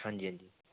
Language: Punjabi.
ਹਾਂਜੀ ਹਾਂਜੀ